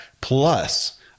Plus